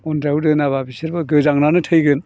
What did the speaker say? गन्द्रायाव दोनाबा बिसोरबो गोजांनानै थैगोन